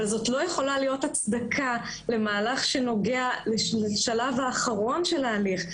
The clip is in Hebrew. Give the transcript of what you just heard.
אבל זו לא יכולה להיות הצדקה למהלך שנוגע לשלב האחרון של ההליך,